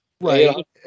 Right